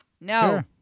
no